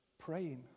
praying